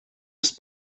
ist